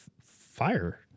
fire